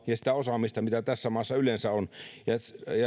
ja sitä osaamista mitä tässä maassa yleensä on ja